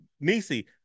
Nisi